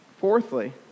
Fourthly